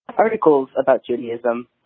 articles about judaism,